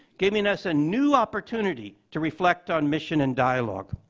giving us a new opportunity to reflect on mission and dialogue.